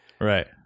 Right